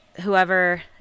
whoever